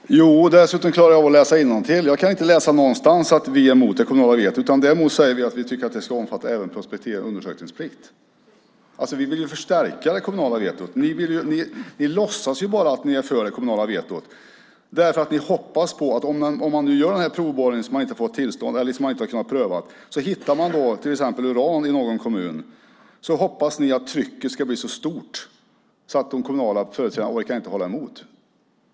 Herr talman! Jo, Staffan Anger, och dessutom klarar jag av att läsa innantill! Jag kan inte läsa någonstans att vi skulle vara emot det kommunala vetot. Däremot säger vi att vi tycker att det ska omfatta även prospektering och undersökningsplikt. Vi vill ju förstärka det kommunala vetot. Ni låtsas bara att ni är för det kommunala vetot. Ni hoppas på att man ska hitta uran i någon kommun, och då hoppas ni att trycket ska bli så stort att de kommunala företrädarna inte orkar hålla emot.